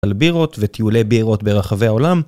על בירות וטיולי בירות ברחבי העולם